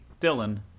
Dylan